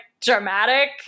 dramatic